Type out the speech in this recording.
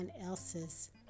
else's